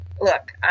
look